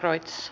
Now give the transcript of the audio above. kiitos